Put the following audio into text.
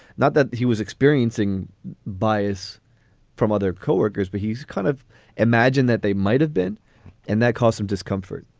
not that he was experiencing bias from other co-workers, but he's kind of imagined that they might have been and that caused him discomfort.